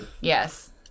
Yes